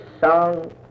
song